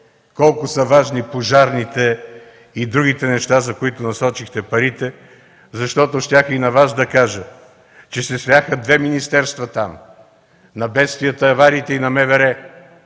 колко са важни пожарните и другите неща, за които насочихте парите, защото и на Вас щях да кажа, че там се сляха две министерства – на бедствията и авариите и на